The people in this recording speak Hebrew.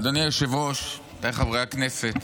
אדוני היושב-ראש, חברי הכנסת,